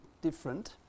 different